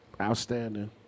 Outstanding